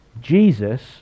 Jesus